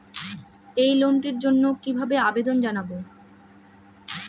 এই লোনটির জন্য কিভাবে আবেদন জানাবো?